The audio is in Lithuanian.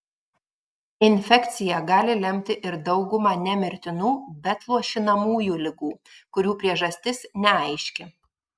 infekcija gali lemti ir daugumą ne mirtinų bet luošinamųjų ligų kurių priežastis neaiški